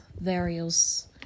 various